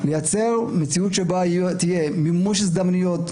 לייצר מציאות שבה יהיו מימוש הזדמנויות,